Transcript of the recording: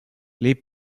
les